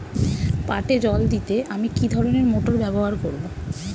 পাটে জল দিতে আমি কি ধরনের মোটর ব্যবহার করব?